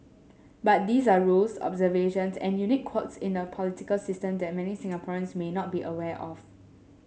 but these are rules observations and unique quirks in a political system that many Singaporeans may not be aware of